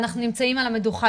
ואנחנו נמצאים על המדוכה,